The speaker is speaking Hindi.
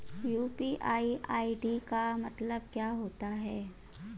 यू.पी.आई आई.डी का मतलब क्या होता है?